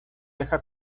deja